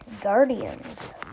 Guardians